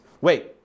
Wait